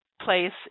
place